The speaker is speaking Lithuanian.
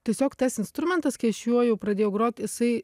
tiesiog tas instrumentas kai aš juo jau pradėjau grot jisai